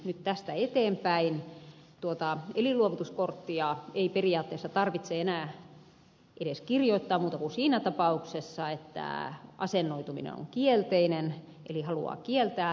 nyt tästä eteenpäin tuota elinluovutuskorttia ei periaatteessa tarvitse enää edes kirjoittaa muuta kuin siinä tapauksessa että asennoituminen on kielteinen eli haluaa kieltää elinluovutukset